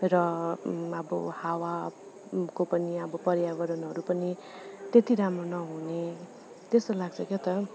र अब हावाको पनि अब पर्यावरणहरू पनि त्यति राम्रो नहुने त्यस्तो लाग्छ क्या त हो